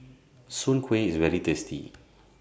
Soon Kway IS very tasty